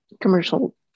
commercial